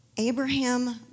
Abraham